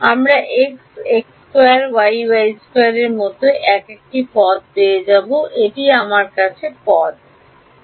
আমরা x x2 y y2 এর মতো একটি পদ পেয়ে যাব এটি আমার কাছে পদ হবে